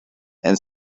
and